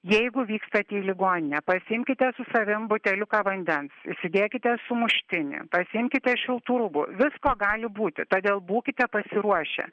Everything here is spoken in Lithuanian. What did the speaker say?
jeigu vykstat į ligoninę pasiimkite su savim buteliuką vandens įsidėkite sumuštinį pasiimkite šiltų rūbų visko gali būti todėl būkite pasiruošę